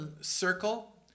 circle